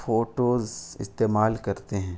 photos استعمال کرتے ہیں